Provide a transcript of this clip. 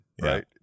right